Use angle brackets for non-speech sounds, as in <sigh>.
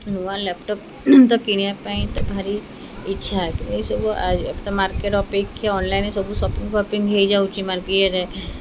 ନୂଆ ଲ୍ୟାପ୍ଟପ୍ <unintelligible> ତ କିଣିବା ପାଇଁ ଭାରି ଇଚ୍ଛା ଏସବୁ <unintelligible> ତ ମାର୍କେଟ୍ ଅପେକ୍ଷା ଅନଲାଇନ୍ରେ ସବୁ ସପିଂ ଫପିଂ ହେଇଯାଉଛି <unintelligible> ଇଏରେ